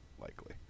likely